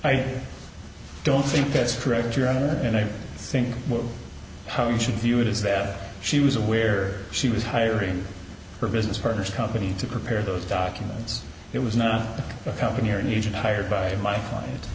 i don't think that's correct your honor and i think more how we should view it is that she was aware she was hiring her business partners company to prepare those documents it was not company and agent hired by my client